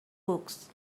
books